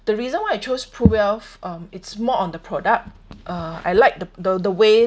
the reason why I chose PRUWealth um it's more on the product uh I like the the way